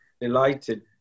delighted